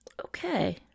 Okay